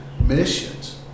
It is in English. missions